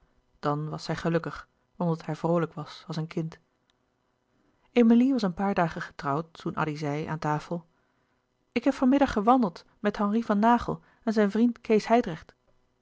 dan was zij gelukkig omdat hij vroolijk was als een kind emilie was een paar dagen getrouwd toen addy zei aan tafel ik heb van middag gewandeld met henri van naghel en zijn vriend kees hijdrecht